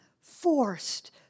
forced